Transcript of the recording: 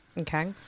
Okay